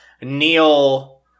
Neil